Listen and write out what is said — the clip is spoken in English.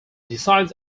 decides